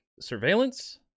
surveillance